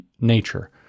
nature